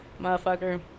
motherfucker